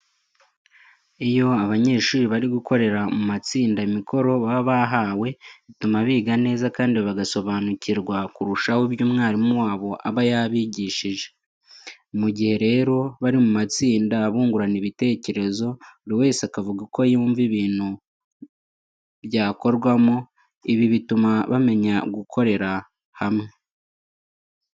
Iyo abanyeshuri bari gukorera mu matsinda imikoro baba bahawe bituma biga neza kandi bagasobanukirwa kurushaho ibyo umwarimu wabo aba yabigishije. Mu gihe rero bari mu matsinda, bungurana ibitekerezo buri wese akavuga uko yumva ibintu byakorwamo, ibi bituma bamenya gukorera hamwe.